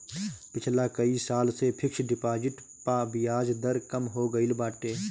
पिछला कई साल से फिक्स डिपाजिट पअ बियाज दर कम हो गईल बाटे